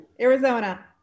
Arizona